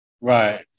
right